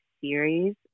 series